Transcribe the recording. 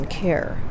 care